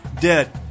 dead